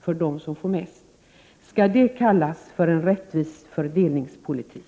för dem som får mest. Skall det kallas för en rättvis fördelningspolitik?